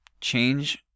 change